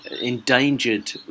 endangered